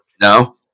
No